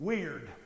Weird